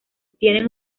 tienen